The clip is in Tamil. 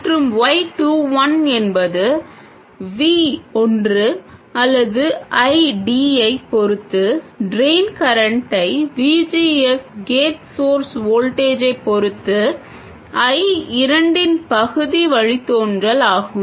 மற்றும் y 2 1 என்பது V ஒன்று அல்லது I d ஐப் பொறுத்து ட்ரெய்ன் கரண்ட்டை V G S gate source வோல்டேஜைப் பொறுத்து I இரண்டின் பகுதி வழித்தோன்றலாகும்